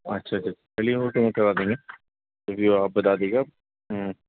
اچھا اچھا چلیے وہ تو ہم کرا دیں گے پھر بھی وہ آپ بتا دیجیے گا